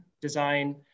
design